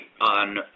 on